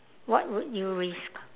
what would you risk